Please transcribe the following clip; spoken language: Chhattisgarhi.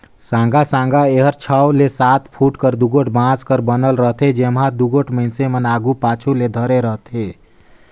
साँगा साँगा एहर छव ले सात फुट कर दुगोट बांस कर बनल रहथे, जेम्हा दुगोट मइनसे मन आघु पाछू ले धरे रहथे